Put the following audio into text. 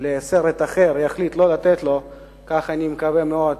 לסרט אחר, תחליט לא לתת לו, כך אני מקווה מאוד